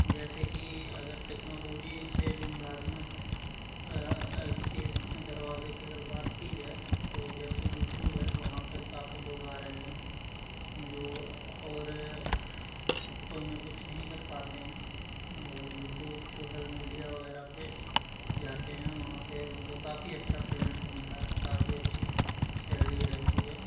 جیسے کہ اگر ٹیکنالوجی سے جو ملازمت کے دروازے کی اگر بات کی جائے تو جیسے یو ٹیوب ہے وہاں پہ کافی لوگ آ رہے ہیں جو اور خطّوں میں کچھ نہیں کر پاتے ہیں وہ یو ٹیوب سوشل میڈیا وغیرہ پہ جاتے ہیں وہاں پہ ان کو کافی اچّھا پیمنٹ ملتا ہے کافی اچّھی سیلری رہتی ہے